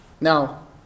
Now